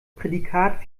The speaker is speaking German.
prädikat